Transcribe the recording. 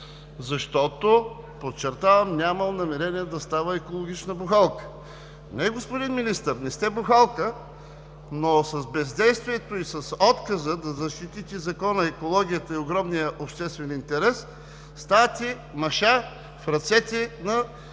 защото, подчертавам, нямал намерение да става екологична бухалка. Не, господин Министър, не сте бухалка, но с бездействието и с отказа да защитите Закона, екологията и огромния обществен интерес, ставате маша в ръцете на